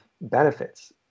benefits